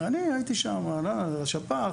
אני הייתי שם, שפ"ח.